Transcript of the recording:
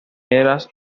era